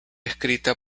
escrita